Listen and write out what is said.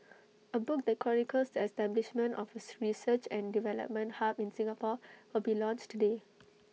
A book that chronicles the establishment of A research and development hub in Singapore will be launched today